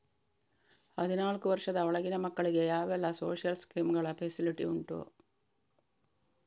ಹದಿನಾಲ್ಕು ವರ್ಷದ ಒಳಗಿನ ಮಕ್ಕಳಿಗೆ ಯಾವೆಲ್ಲ ಸೋಶಿಯಲ್ ಸ್ಕೀಂಗಳ ಫೆಸಿಲಿಟಿ ಉಂಟು?